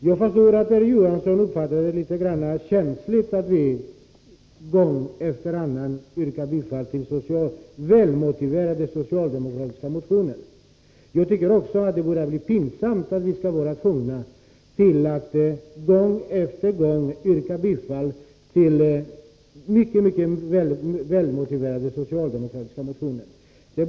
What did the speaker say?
Jag förstår att det är litet känsligt för Erik Johansson att vi gång efter annan yrkar bifall till välmotiverade socialdemokratiska motioner. Jag tycker också att det börjar bli pinsamt att vi skall vara tvungna att gång på gång yrka bifall till mycket välmotiverade socialdemokratiska motioner.